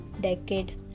decade